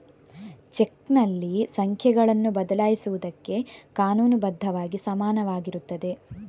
ಚೆಕ್ನಲ್ಲಿ ಸಂಖ್ಯೆಗಳನ್ನು ಬದಲಾಯಿಸುವುದಕ್ಕೆ ಕಾನೂನು ಬದ್ಧವಾಗಿ ಸಮಾನವಾಗಿರುತ್ತದೆ